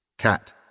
Cat